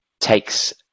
takes